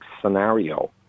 scenario